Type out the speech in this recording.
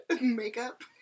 makeup